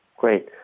Great